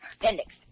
appendix